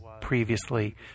previously